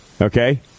okay